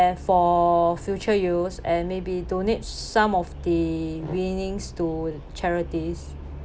for future use and maybe donate some of the winnings to charities